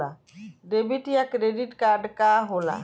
Debit या credit card का होला?